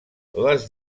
les